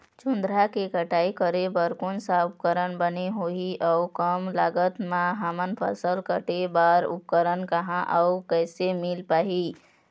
जोंधरा के कटाई करें बर कोन सा उपकरण बने होही अऊ कम लागत मा हमर फसल कटेल बार उपकरण कहा अउ कैसे मील पाही?